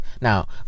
Now